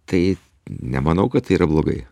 tai nemanau kad tai yra blogai